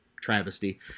travesty